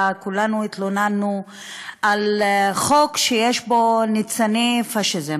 כולנו התלוננו על חוק שיש בו ניצני פאשיזם.